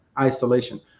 isolation